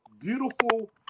beautiful